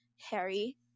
Harry